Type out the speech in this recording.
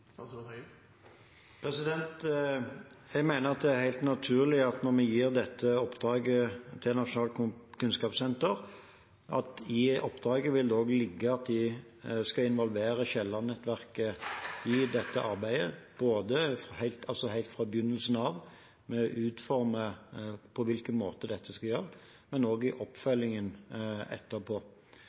Jeg mener det er helt naturlig at når vi gir dette oppdraget til Nasjonalt kunnskapssenter, vil det også i det ligge at de skal involvere Kielland-nettverket i dette arbeidet helt fra begynnelsen av med å utforme på hvilke måter dette skal gjøres, og også i oppfølgingen etterpå.